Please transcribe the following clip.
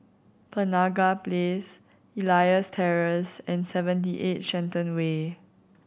Penaga Place Elias Terrace and Seventy Eight Shenton Way